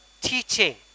teaching